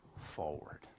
forward